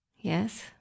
yes